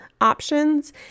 options